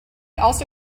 also